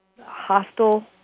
hostile